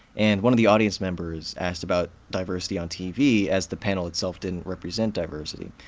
and one of the audience members asked about diversity on tv, as the panel itself didn't represent diversity.